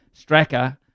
Stracker